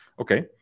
Okay